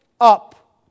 up